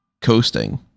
coasting